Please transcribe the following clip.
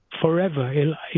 forever